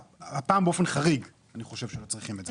הפעם באופן חריג אני חושב שלא צריכים את זה.